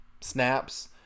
snaps